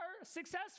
successful